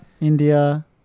India